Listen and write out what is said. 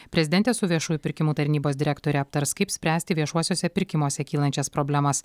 prezidentė su viešųjų pirkimų tarnybos direktore aptars kaip spręsti viešuosiuose pirkimuose kylančias problemas